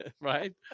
Right